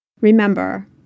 Remember